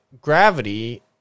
gravity